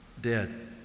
dead